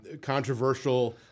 controversial